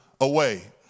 away